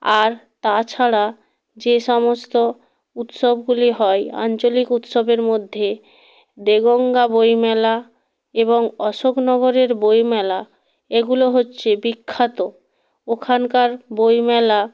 আর তাছাড়া যে সমস্ত উৎসবগুলি হয় আঞ্চলিক উৎসবের মধ্যে দেগঙ্গা বইমেলা এবং অশোক নগরের বইমেলা এগুলো হচ্ছে বিখ্যাত ওখানকার বইমেলা